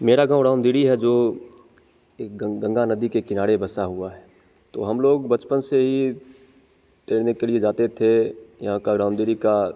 मेरा गाँव रामदेरी है जो एक गंगा नदी के किनारे बसा हुआ है तो हम लोग बचपन से ही तैरने के लिए जाते थे यहाँ का रामदेरी का